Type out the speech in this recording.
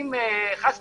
אם, חס וחלילה,